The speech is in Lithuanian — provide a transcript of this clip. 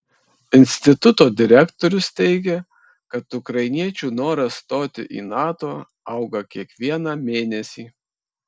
instituto direktorius teigia kad ukrainiečių noras stoti į nato auga kiekvieną mėnesį